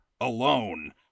alone